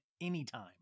anytime